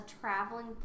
traveling